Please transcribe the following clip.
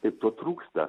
ir to trūksta